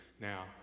Now